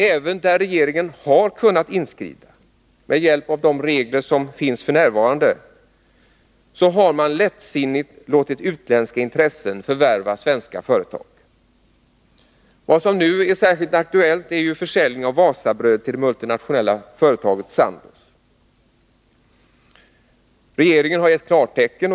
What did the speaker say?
Även där regeringen, med hjälp av de regler som f. n. finns, har kunnat inskrida har man lättsinnigt låtit utländska intressen förvärva svenska företag. Vad som nu är särskilt aktuellt är försäljningen av Wasabröd till det multinationella företaget Sandoz. Regeringen har givit klartecken.